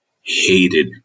Hated